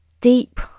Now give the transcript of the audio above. deep